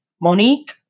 Monique